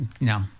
no